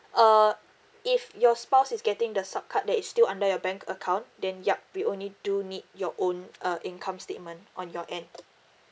err if your spouse is getting the sub card that is still under your bank account then yup we only do need your own uh income statement on your end